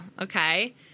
okay